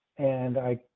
and i.